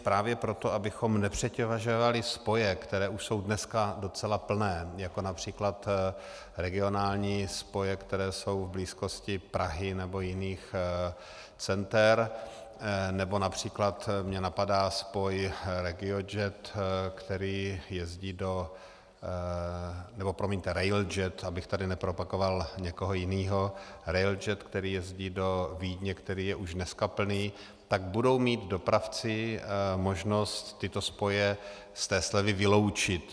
Právě proto, abychom nepřetěžovali spoje, které už jsou dneska docela plné, jako například regionální spoje, které jsou v blízkosti Prahy nebo jiných center, nebo například mě napadá spoj RegioJet, který jezdí do, nebo promiňte, railjet, abych tady nepropagoval někoho jiného, railjet, který jezdí do Vídně, který je už dneska plný, tak budou mít dopravci možnost tyto spoje z té slevy vyloučit.